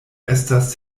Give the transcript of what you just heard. estas